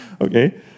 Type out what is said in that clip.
okay